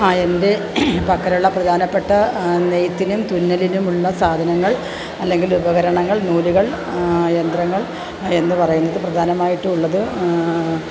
ആ എൻ്റെ പക്കലുള്ള പ്രധാനപ്പെട്ട നെയ്ത്തിനും തുന്നലിനും ഉള്ള സാധനങ്ങൾ അല്ലെങ്കിൽ ഉപകരണങ്ങൾ നൂലുകൾ യന്ത്രങ്ങൾ എന്നു പറയുന്നതിൽ പ്രധാനമായിട്ടുമുള്ളത്